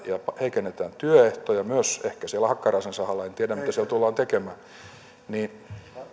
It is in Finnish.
heikennetään työehtoja myös ehkä siellä hakkaraisen sahalla en tiedä mitä siellä tullaan tekemään